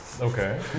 Okay